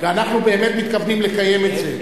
ואנחנו באמת מתכוונים לקיים את זה.